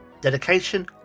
dedication